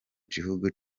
gihugu